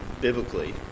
biblically